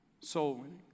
soul-winning